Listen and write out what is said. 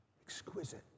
Exquisite